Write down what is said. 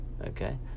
Okay